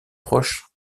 proches